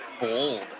bold